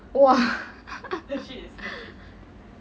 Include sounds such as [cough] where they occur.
!wah! [laughs]